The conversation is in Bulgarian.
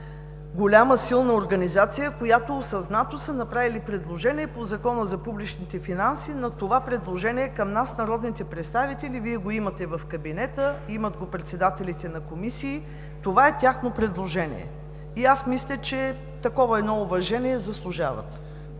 голяма и силна организация, която осъзнато е направила предложение по Закона за публичните финанси. Това предложение към нас, народните представители, Вие го имате в кабинета, имат го и председателите на комисии. Това е тяхно предложение. Мисля, че заслужават